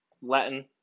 Latin